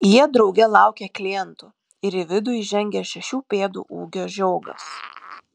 jie drauge laukia klientų ir į vidų įžengia šešių pėdų ūgio žiogas